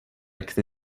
can